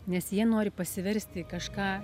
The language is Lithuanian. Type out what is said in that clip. nes jie nori pasiversti į kažką